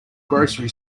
grocery